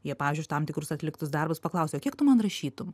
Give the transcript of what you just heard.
jie pavyzdžiui už tam tikrus atliktus darbus paklausia o kiek tu man rašytum